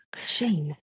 Shame